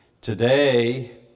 Today